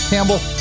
Campbell